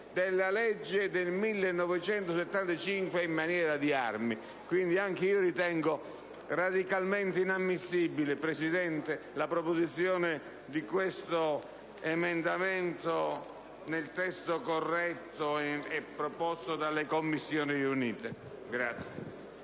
della legge n. 110 del 1975 in materia di armi. Quindi anch'io ritengo radicalmente inammissibile, signor Presidente, la presentazione di questo emendamento, nel testo corretto proposto dalle Commissioni riunite.